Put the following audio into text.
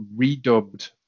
redubbed